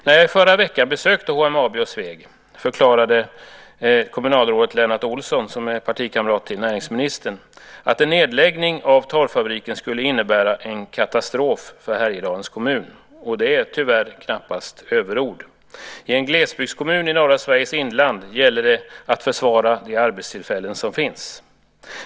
När jag förra veckan besökte HMAB i Sveg förklarade kommunalrådet Lennart Olsson, som är partikamrat till näringsministern, att en nedläggning av torvfabriken skulle innebära en katastrof för Härjedalens kommun, och det är tyvärr knappast överord. I en glesbygdskommun i norra Sveriges inland gäller det att försvara de arbetstillfällen som finns.